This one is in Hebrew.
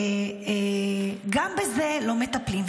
וגם בזה לא מטפלים.